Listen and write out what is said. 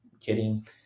kidding